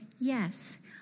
yes